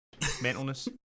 mentalness